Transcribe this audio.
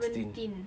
sixteen